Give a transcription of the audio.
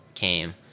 Came